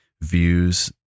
views